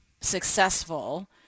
successful